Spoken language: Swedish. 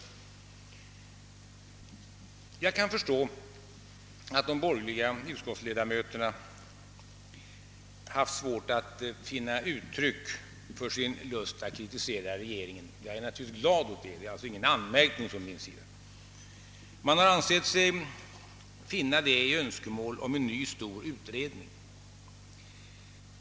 Jag kan förstå att de borgerliga utskottsledamöterna haft svårt att finna uttryck för sin lust att kritisera regeringen. Jag är naturligtvis glad åt detta, och det är inte fråga om någon anmärkning från min sida. Man har dock ansett sig finna ett uttryck för kritik i önskemål om en ny, stor utredning.